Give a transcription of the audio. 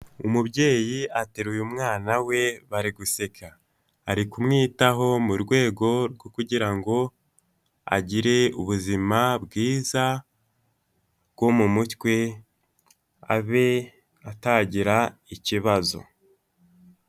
Umubyeyi ateruye umwana we bari guseka, ari kumwitaho mu rwego rwo kugira ngo agire ubuzima bwiza bwo mu mutwe abe atagira ikibazo.